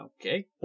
okay